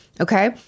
okay